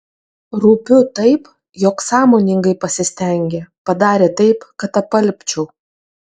rūpiu taip jog sąmoningai pasistengė padarė taip kad apalpčiau